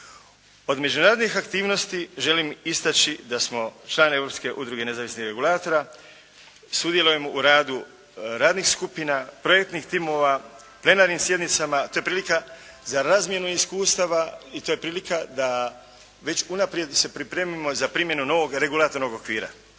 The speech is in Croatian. Od međunarodnih aktivnosti želim istači da smo član Europske udruge nezavisnih regulatora, sudjelujemo u radu radnih skupina, projektnih timova, plenarnih sjednicama, to je prilika za razmjenu iskustava. I to je prilika da već unaprijed se pripremimo za primjenu novog regulatornog okvira.